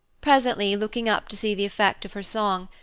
presently, looking up to see the effect of her song,